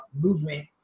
movement